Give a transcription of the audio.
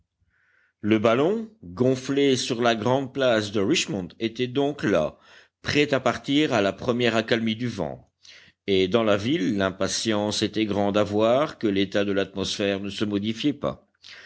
le ballon gonflé sur la grande place de richmond était donc là prêt à partir à la première accalmie du vent et dans la ville l'impatience était grande à voir que l'état de l'atmosphère ne se modifiait pas